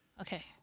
Okay